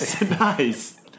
nice